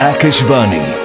Akashvani